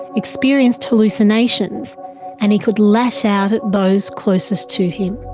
experienced hallucinations and he could lash out at those closest to him.